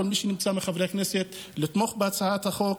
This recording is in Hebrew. לכל מי שנמצא מחברי הכנסת: תתמכו בהצעת החוק,